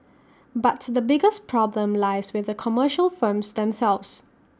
but the biggest problem lies with commercial firms themselves